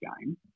game